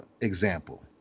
example